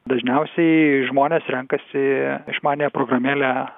dažniausiai žmonės renkasi išmaniąją programėlę